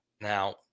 Now